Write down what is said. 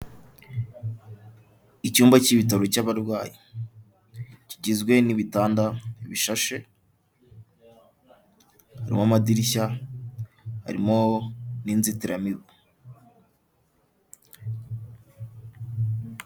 Icyumba cy'ibitaro cy'abarwayi, kigizwe n'ibitanda bishashe mu madirishya harimo n'inzitiramibu.